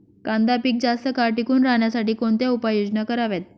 कांदा पीक जास्त काळ टिकून राहण्यासाठी कोणत्या उपाययोजना कराव्यात?